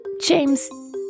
James